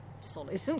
solid